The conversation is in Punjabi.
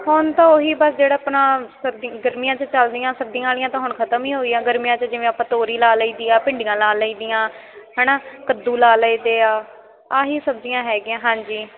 ਹੁਣ ਤਾਂ ਉਹ ਹੀ ਬਸ ਜਿਹੜਾ ਆਪਣਾ ਸਰਦੀ ਗਰਮੀਆਂ 'ਚ ਚੱਲਦੀਆਂ ਸਰਦੀਆਂ ਵਾਲੀਆਂ ਤਾਂ ਹੁਣ ਖ਼ਤਮ ਹੀ ਗਈਆਂ ਗਰਮੀਆਂ 'ਚ ਜਿਵੇਂ ਆਪਾਂ ਤੋਰੀ ਲਾ ਲਈ ਦੀ ਆ ਭਿੰਡੀਆਂ ਲਾ ਲਈ ਦੀਆਂ ਹੈ ਨਾ ਕੱਦੂ ਲਾ ਲਏ ਦੇ ਆ ਆਹੀ ਸਬਜ਼ੀਆਂ ਹੈਗੀਆਂ ਹਾਂਜੀ